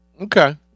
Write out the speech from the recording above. Okay